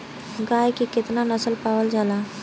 गाय के केतना नस्ल पावल जाला?